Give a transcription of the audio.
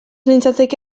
nintzateke